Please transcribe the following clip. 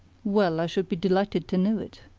well, i should be delighted to know it.